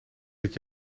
dit